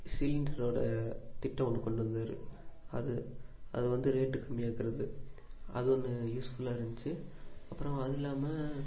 சிலிண்டரோட திட்டம் ஒன்று கொண்டு வந்தார் அது அது வந்து ரேட்டு கம்மியாக்கிறது அது ஒன்று யூஸ்ஃபுல்லாக இருந்துச்சி அப்புறம் அது இல்லாமல்